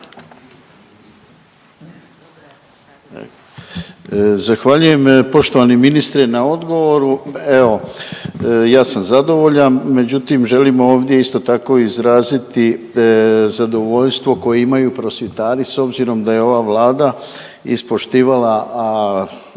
Zahvaljujem poštovani ministre na odgovoru. Evo ja sam zadovoljan, međutim želim ovdje isto tako izraziti zadovoljstvo koje imaju prosvjetari s obzirom da je ova Vlada ispoštivala